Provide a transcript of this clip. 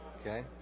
Okay